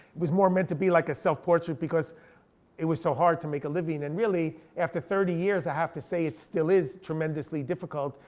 was more meant to be like a self portrait because it was so hard to make a living. and really after thirty years i have to say it still is tremendously difficult,